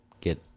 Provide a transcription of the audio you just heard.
get